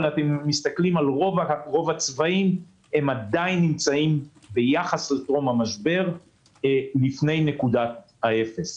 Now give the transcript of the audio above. אבל רוב הצבעים נמצאים עדיין ביחס לטרום המשבר לפני נקודת האפס.